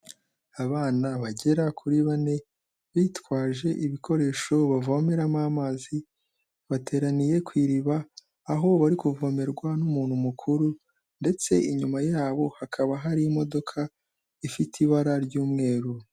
Abana bagera kuri bane, bitwaje ibikoresho bavomeramo amazi, bateraniye ku iriba, aho bari kuvomerwa n'umuntu mukuru, ndetse inyuma yabo hakaba hari imodoka ifite ibara ry'umweru.